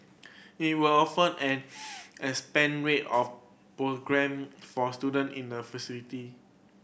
it will offer an expanded range of programme for student in the facility